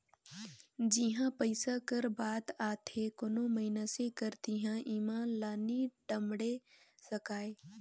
जिहां पइसा कर बात आथे कोनो मइनसे कर तिहां ईमान ल नी टमड़े सकाए